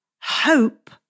hope